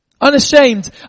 Unashamed